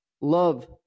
love